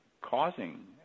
causing